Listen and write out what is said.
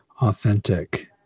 authentic